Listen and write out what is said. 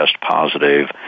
positive